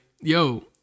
yo